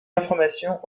informations